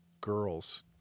girls